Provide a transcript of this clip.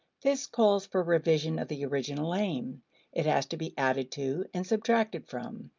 this calls for revision of the original aim it has to be added to and subtracted from.